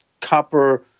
copper